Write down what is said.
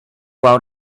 out